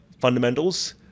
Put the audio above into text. fundamentals